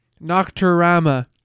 Nocturama